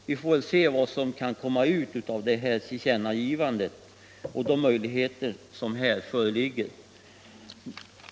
Vi får se vad som kan komma ut av det här tillkännagivandet och de möjligheter som tas upp i betänkandet.